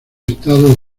estado